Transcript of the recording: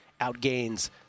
outgains